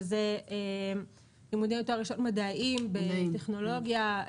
שזה לימודים מדעיים טכנולוגיה,